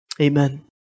amen